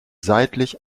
seitlich